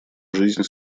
жизнь